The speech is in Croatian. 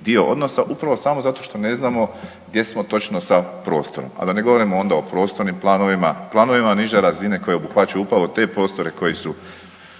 dio odnosa upravo samo zato što ne znamo gdje smo točno sa prostorom, a da ne govorimo onda o prostornim planovima, planovima niže razine koji obuhvaćaju upravo te prostore koji su